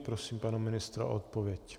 Prosím pana ministra o odpověď.